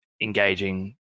engaging